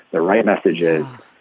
the right message is.